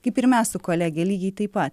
kaip ir mes su kolege lygiai taip pat